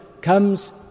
Comes